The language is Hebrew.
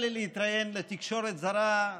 להתראיין לתקשורת זרה,